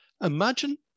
Imagine